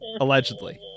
Allegedly